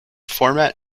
format